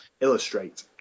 Illustrate